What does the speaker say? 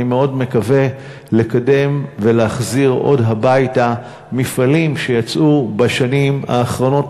אני מאוד מקווה לקדם ולהחזיר הביתה עוד מפעלים שיצאו בשנים האחרונות,